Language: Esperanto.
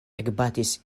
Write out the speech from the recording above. ekbatis